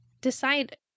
decide